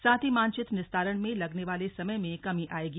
साथ ही मानचित्र निस्तारण में लगने वाले समय में कमी आयेगी